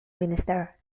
minister